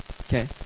okay